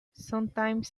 sometimes